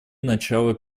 начало